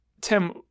Tim